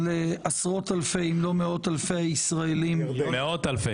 העיקר אחרי זה הם יגידו שהם אוהבים את החיילים והם דואגים להם.